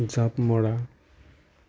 জাপ মৰা